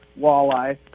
walleye